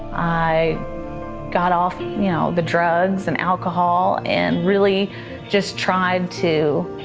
i got off you know the drugs and alcohol and really just tried to